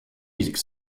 musical